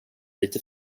lite